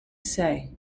say